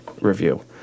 Review